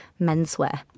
menswear